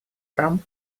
там